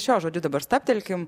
šiuo žodžiu dabar stabtelkim